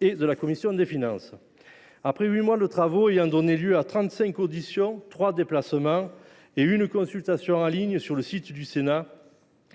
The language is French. et la commission des finances. Après huit mois de travaux ayant donné lieu à trente cinq auditions, trois déplacements et une consultation en ligne sur le site du Sénat,